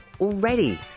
already